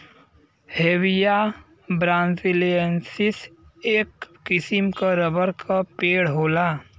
Hevea brasiliensis, एक किसिम क रबर क पेड़ होला